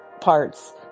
parts